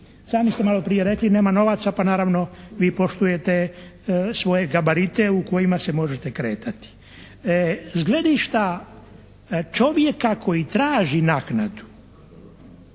Sami ste maloprije rekli nema novaca pa naravno vi poštujete svoje gabarite u kojima se možete kretati. S gledišta čovjeka koji traži naknadu